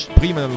prima